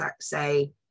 say